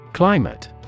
Climate